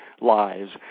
lives